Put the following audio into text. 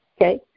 okay